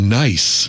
nice